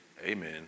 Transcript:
amen